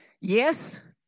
Yes